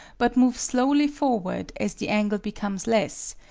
but moves slowly forward as the angle becomes less,